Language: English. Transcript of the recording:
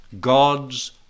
God's